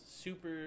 super